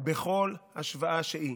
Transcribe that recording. בכל השוואה שהיא,